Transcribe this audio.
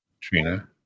Trina